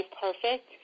perfect